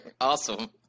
Awesome